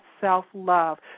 self-love